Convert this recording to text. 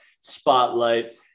spotlight